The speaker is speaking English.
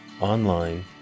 online